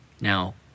Now